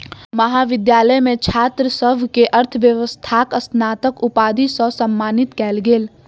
महाविद्यालय मे छात्र सभ के अर्थव्यवस्थाक स्नातक उपाधि सॅ सम्मानित कयल गेल